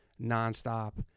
non-stop